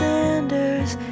Sanders